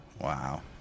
Wow